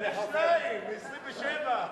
זה שניים, מ-27.